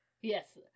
yes